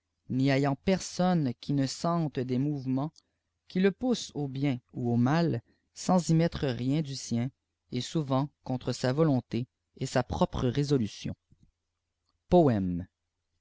n'y ayant personne qui nç sente des mouvements qui le poussent au bien ou au hial sans y mettre rien du sien et souvent contre sa volonté et sa propre résolution